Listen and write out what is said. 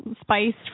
spiced